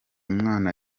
mwana